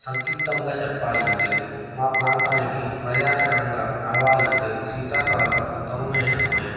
సంక్లిప్తంగా చెప్పాలంటే మా ప్రాంతానికి పర్యాటకంగా రావాలంటే శీతాకాలం ఉత్తమమైన సమయం